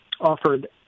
offered